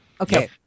okay